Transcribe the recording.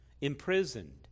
imprisoned